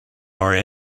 are